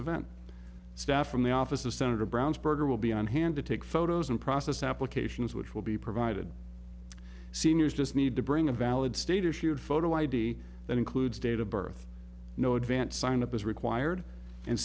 event staff from the office of senator brown's berger will be on hand to take photos and process applications which will be provided seniors just need to bring a valid state issued photo id that includes date of birth no advance sign up is required and